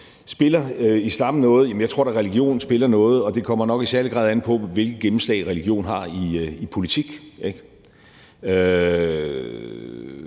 Spiller islam nogen rolle? Jeg tror da, at religion spiller en rolle, og det kommer nok i særlig grad an på, hvilket gennemslag religion har i politik,